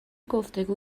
گفتگو